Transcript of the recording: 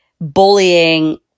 bullying